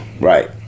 Right